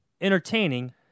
Entertaining